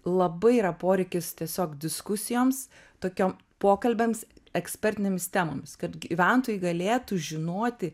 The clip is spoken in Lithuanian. labai yra poreikis tiesiog diskusijoms tokiom pokalbiams ekspertinėmis temomis kad gyventojai galėtų žinoti